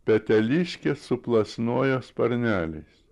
peteliškė suplasnoja sparneliais